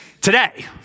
today